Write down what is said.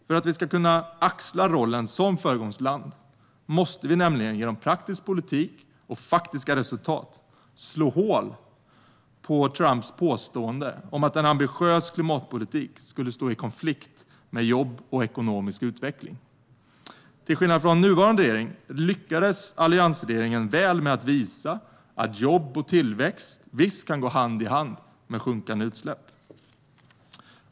För att vi ska kunna axla rollen som föregångsland måste vi nämligen genom praktisk politik och faktiska resultat slå hål på Trumps påstående om att en ambitiös klimatpolitik skulle stå i konflikt med jobb och ekonomisk utveckling. Till skillnad från nuvarande regering lyckades alliansregeringen väl med att visa att jobb och tillväxt visst kan gå hand i hand med minskande utsläpp.